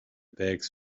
bags